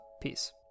Peace